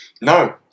No